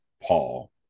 Paul